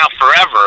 forever